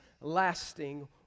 lasting